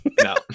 no